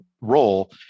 role